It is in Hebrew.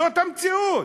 זאת המציאות.